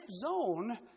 zone